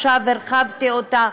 עכשיו הרחבתי אותה.